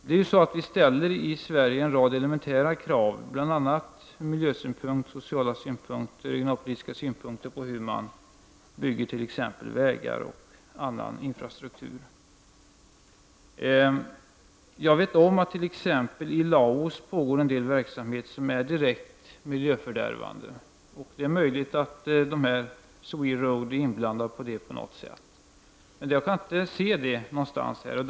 Vi i Sverige ställer en rad elementära krav, bl.a. ur miljösynpunkt och sociala synpunkter, på hur man bygger t.ex. vägar och annan infrastruktur. Jag vet om att det i t.ex. Laos pågår en del verksamheter som är direkt miljöfördärvande. Det är möjligt att SweRoad på något sätt är inblandat i det, men jag kan inte se någonting om det här.